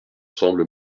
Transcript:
ensemble